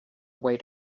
away